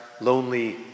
lonely